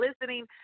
listening